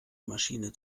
maschine